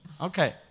Okay